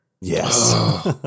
Yes